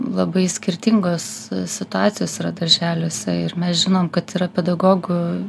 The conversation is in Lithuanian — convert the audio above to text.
labai skirtingos situacijos yra darželiuose ir mes žinom kad yra pedagogų